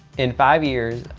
in five years,